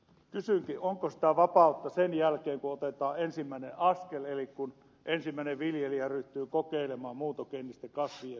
kysynkin onko sitä vapautta sen jälkeen kun otetaan ensimmäinen askel eli kun ensimmäinen viljelijä ryhtyy kokeilemaan muuntogeenisten kasvien viljelyä